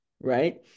Right